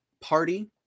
Party